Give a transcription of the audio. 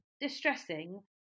distressing